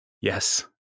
Yes